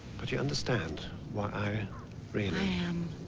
but you understand what i really i am.